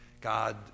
God